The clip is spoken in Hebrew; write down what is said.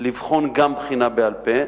גם לבחינה בעל-פה.